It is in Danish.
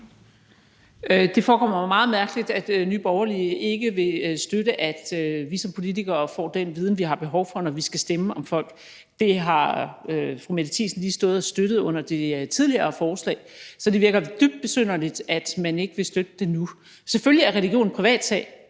Det forekommer mig meget mærkeligt, at Nye Borgerlige ikke vil støtte, at vi som politikere får den viden, vi har behov for, når vi skal stemme om folk. Det har fru Mette Thiesen lige stået og støttet under det tidligere forslag. Så det virker dybt besynderligt, at man ikke vil støtte det nu. Selvfølgelig er religion en privatsag.